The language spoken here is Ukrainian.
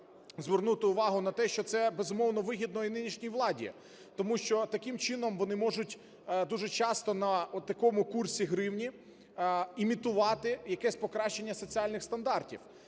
звернути увагу на те, що це, безумовно, вигідно і нинішній владі. Тому що таким чином вони можуть дуже часто на отакому курсі гривні імітувати якесь покращення соціальних стандартів,